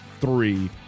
three